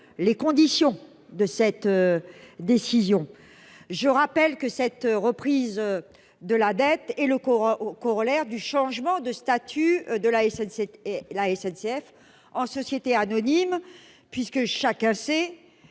les conditions de cette décision, je rappelle que cette reprise de la dette et le Coran au corollaire du changement de statut de la SNCF et la SNCF en société anonyme, puisque chacun sait